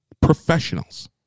professionals